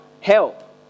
help